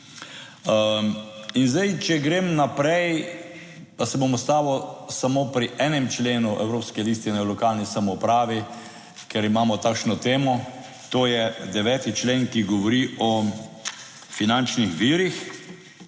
In zdaj, če grem naprej, pa se bom ustavil samo pri enem členu Evropske listine o lokalni samoupravi, ker imamo takšno temo; to je 9. člen, ki govori o finančnih virih